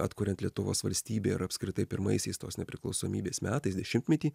atkuriant lietuvos valstybę ir apskritai pirmaisiais tos nepriklausomybės metais dešimtmetį